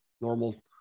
normal